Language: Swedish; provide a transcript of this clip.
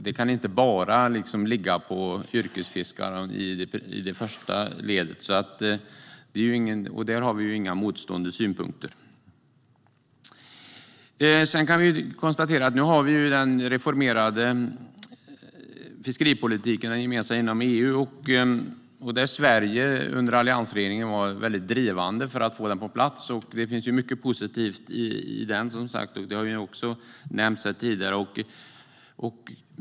Det kan inte bara ligga på yrkesfiskarna i det första ledet. Där har vi inga motsatta synpunkter. Nu har man en gemensam fiskeripolitik inom EU. Under alliansregeringen var Sverige väldigt drivande för att få den på plats, och det finns mycket positivt i den politiken, vilket också har nämnts här tidigare.